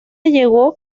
llegó